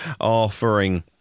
offering